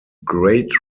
great